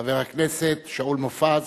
חבר הכנסת שאול מופז,